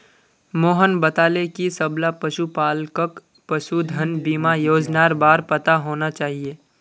मोहन बताले कि सबला पशुपालकक पशुधन बीमा योजनार बार पता होना चाहिए